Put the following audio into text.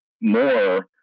more